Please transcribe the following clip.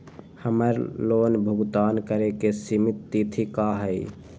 हमर लोन भुगतान करे के सिमित तिथि का हई?